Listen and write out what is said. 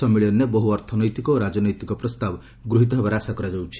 ସମ୍ମିଳନୀରେ ବହୁ ଅର୍ଥନୈତିକ ଓ ରାଜନୈତିକ ପ୍ରସ୍ତାବ ଗୃହିତ ହେବାର ଆଶା କରାଯାଉଛି